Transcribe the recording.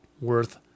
worth